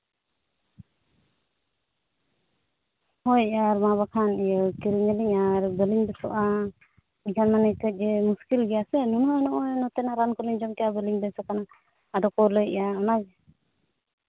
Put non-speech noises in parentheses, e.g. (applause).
ᱦᱳᱭ ᱟᱨ ᱢᱟ ᱵᱟᱠᱷᱟᱱ ᱠᱤᱨᱤᱧᱟᱞᱤᱧ ᱟᱨ ᱵᱟᱹᱞᱤᱧ ᱵᱮᱥᱚᱜᱼᱟ (unintelligible) ᱢᱟᱱᱮ ᱠᱟᱺᱪ ᱢᱩᱥᱠᱤᱞ ᱜᱮᱭᱟ ᱥᱮ ᱱᱩᱱᱟᱹᱜ ᱦᱚᱸᱜᱼᱚᱭ ᱱᱚᱛᱮᱱᱟᱜ ᱨᱟᱱ ᱠᱚᱞᱤᱧ ᱡᱚᱢ ᱠᱮᱜᱼᱟ ᱵᱟᱹᱞᱤᱧ ᱵᱮᱥᱟᱠᱟᱱᱟ ᱟᱫᱚ ᱠᱚ ᱞᱟᱹᱭᱮᱜᱼᱟ ᱚᱱᱟ